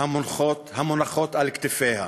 המונחות על כתפיה.